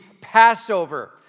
Passover